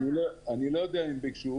אני לא יודע אם ביקשו.